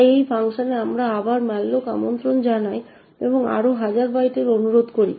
তাই এই ফাংশনে আমরা আবার malloc আমন্ত্রণ জানাই এবং আরও হাজার বাইটের অনুরোধ করি